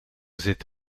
zit